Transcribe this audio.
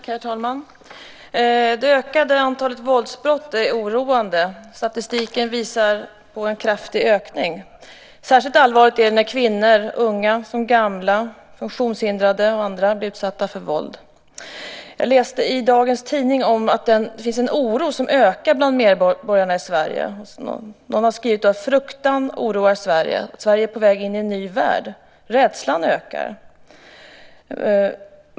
Herr talman! Det ökande antalet våldsbrott är oroande. Statistiken visar på en kraftig ökning. Särskilt allvarligt är det när kvinnor, unga som gamla, funktionshindrade och andra, blir utsatta för våld. Jag läste i dagens tidning att det finns en oro som ökar bland med medborgarna i Sverige. Någon har skrivit att fruktan oroar Sverige. Sverige är på väg in i en ny värld. Rädslan ökar.